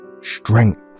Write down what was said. Strength